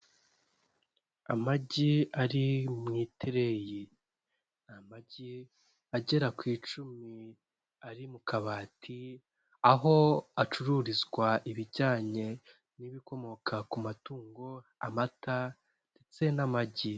Amagi ari mu itereyi ni amagi agera ku icumi ari mu kabati aho acururizwa ibijyanye n'ibikomoka ku matungo, amata ndetse n'amagi.